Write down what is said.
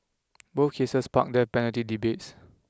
both cases sparked death penalty debates